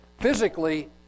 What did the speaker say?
physically